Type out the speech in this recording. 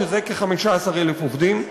שזה כ-15,000 עובדים,